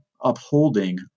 upholding